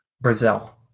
Brazil